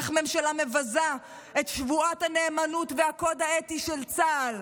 איך ממשלה מבזה את שבועת הנאמנות והקוד האתי של צה"ל,